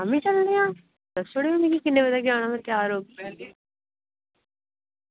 शामीं चलने आं दस्सी ओड़ेओ मिगी किन्ने बजे जाना में त्यार होगी